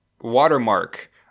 watermark